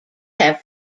have